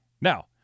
Now